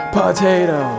potato